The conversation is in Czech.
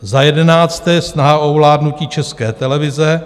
Za jedenácté, snaha o ovládnutí České televize.